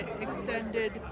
extended